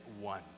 one